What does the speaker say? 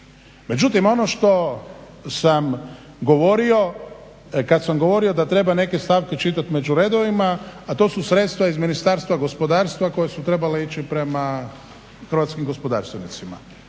Međutim, ono što sam govorio kad sam govorio da treba neke stavke čitati među redovima a to su sredstva iz Ministarstva gospodarstva koja su trebale ići prema hrvatskim gospodarstvenicima.